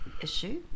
issue